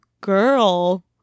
girl